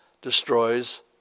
destroys